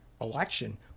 election